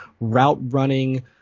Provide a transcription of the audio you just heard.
route-running